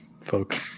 folk